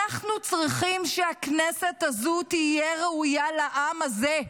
אנחנו צריכים שהכנסת הזו תהיה ראויה לעם הזה,